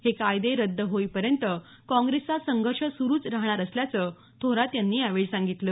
हे कायदे रद्द होईपर्यंत काँग्रेसचा संघर्ष सुरुच राहणार असल्याचं थोरात यांनी यावेळी सांगितलं